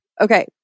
Okay